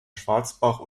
schwarzbach